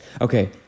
Okay